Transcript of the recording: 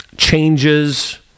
changes